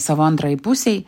savo antrajai pusei